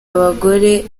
abagore